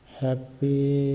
happy